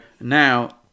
now